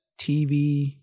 TV